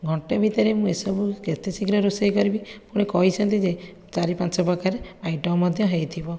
ଘଣ୍ଟେ ଭିତରେ ମୁଁ ଏସବୁ କେତେ ଶୀଘ୍ର ରୋଷେଇ କରିବି ପୁଣି କହିଛନ୍ତି ଯେ ଚାରି ପାଞ୍ଚପ୍ରକାର ଆଇଟମ୍ ମଧ୍ୟ ହୋଇଥିବ